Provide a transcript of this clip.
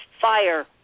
fire